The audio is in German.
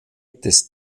des